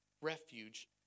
refuge